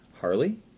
Harley